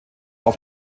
auf